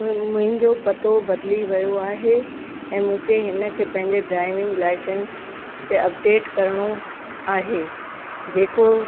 मु मुंहिंजो पतो बदिली वियो आहे ऐं मूंखे हिन खे पंहिंजे ड्राइविंग लाइसंस ते अपडेट करिणो आहे जेको